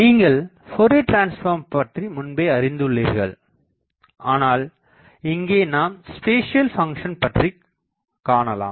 நீங்கள் Fourier transform பற்றி முன்பே அறிந்து உள்ளீர்கள் ஆனால் இங்கே நாம் ஸ்பேசியல் பங்ஷன் பற்றிக்காணலாம்